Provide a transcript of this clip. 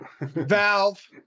valve